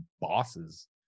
bosses